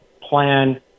plan